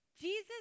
Jesus